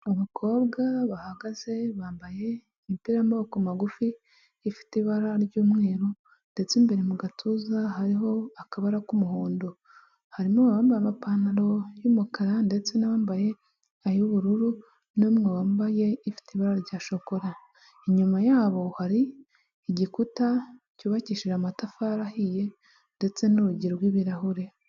Abakobwa bahagaze, bambaye imipira y'amaboko magufi ifite ibara ry'umweru ndetse imbere mu gatuza hariho akabara k'umuhondo, harimo abambaye amapantaro y'umukara ndetse n'abambaye ay'ubururu n'umwe wambaye ifite ibara rya shokora, inyuma yabo hari igikuta cyubakishije amatafari ahiye ndetse n'urugi rw'ibirahure.